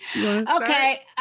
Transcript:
Okay